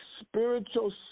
spiritual